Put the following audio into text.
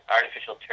Artificial